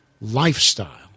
lifestyle